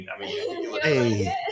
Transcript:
Hey